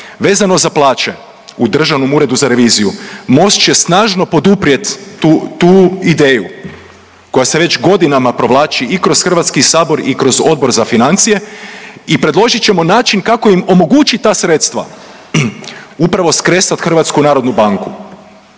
Vezano za plaće u Državnom uredu za reviziju, Most će snažno poduprijeti tu ideju koja se već godinama provlači i kroz HS i kroz Odbor za financije i predložit ćemo način kako im omogućiti ta sredstva. Upravo skresati HNB. Em što guverner